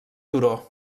turó